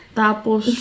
tapos